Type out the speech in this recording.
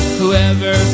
whoever